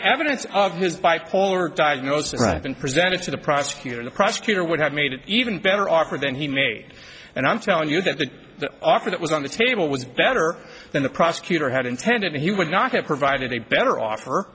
evidence of his bipolar diagnosis i've been presented to the prosecutor the prosecutor would have made it even better offer than he made and i'm telling you that the offer that was on the table was better than the prosecutor had intended he would not have provided a better offer